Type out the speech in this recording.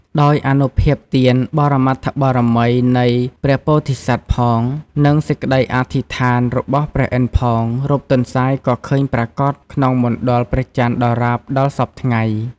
ដោយអនុភាពទាន បរមត្ថបារមីនៃព្រះពោធិសត្វផង និងសេចក្តីអធិដ្ឋាន របស់ព្រះឥន្ទផង រូបទន្សាយក៏ឃើញប្រាកដ ក្នុងមណ្ឌលព្រះចន្ទដរាបដល់សព្វថ្ងៃ។